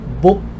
book